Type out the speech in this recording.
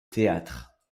théâtre